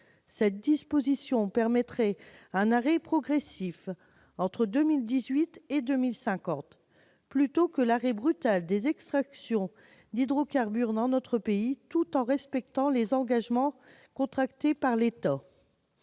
Cette disposition permettrait un arrêt progressif entre 2018 et 2050, plutôt qu'un arrêt brutal des extractions d'hydrocarbures dans notre pays, tout en respectant les engagements contractés par l'État.